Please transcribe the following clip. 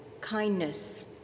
kindness